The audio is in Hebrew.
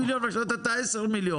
תסיים אירוע.